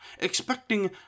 Expecting